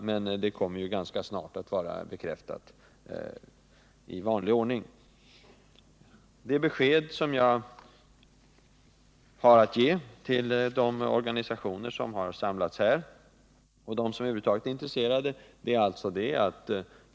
Förslagen kommer ju ganska snart att vara bekräftade i vanlig ordning. Det besked som jag har att ge de organisationer som har samlats här och de som över huvud taget är intresserade är alltså följande.